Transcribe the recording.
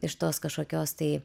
iš tos kažkokios tai